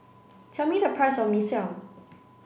tell me the price of Mee Siam